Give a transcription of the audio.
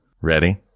Ready